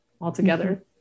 altogether